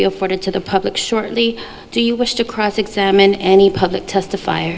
be afforded to the public shortly do you wish to cross examine any public testify